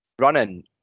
running